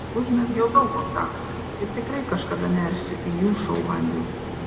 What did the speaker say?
užmezgiau daug kontaktų ir tikrai kažkada nersiu į jų šou vandenis